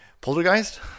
Poltergeist